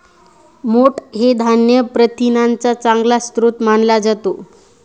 मोठ हे धान्य प्रथिनांचा चांगला स्रोत मानला जातो